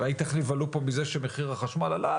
ראית איך נבהלו פה מזה שמחיר החשמל עלה?